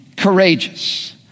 courageous